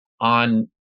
on